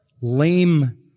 lame